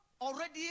already